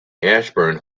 ashburn